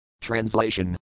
Translation